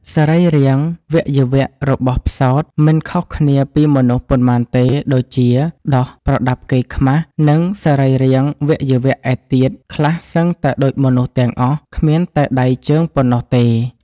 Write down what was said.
សរីរាវៈយវៈរបស់ផ្សោត មិនខុសគ្នាពីមនុស្សប៉ុន្មានទេដូចជា ដោះ, ប្រដាប់កេរខ្មាស និងសរីរាវៈយវៈឯទៀតខ្លះសឹងតែដូចមនុស្សទាំងអស់ គ្មានតែដៃជើងប៉ុណ្ណោះទេ ។